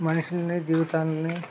మనుషులని జీవితాాలని